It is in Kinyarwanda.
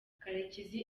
karekezi